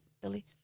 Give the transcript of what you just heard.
Billy